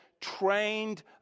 trained